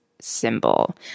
symbol